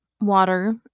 water